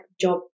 job